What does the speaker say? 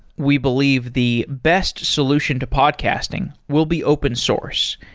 we believe the best solution to podcasting will be open source,